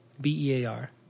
b-e-a-r